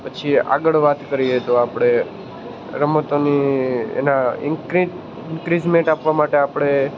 પછી આગળ વાત કરીએ તો આપણે રમતોની એના ઇન્ક્રિ ઇન્ક્રિઝમેન્ટ આપવા માટે આપણે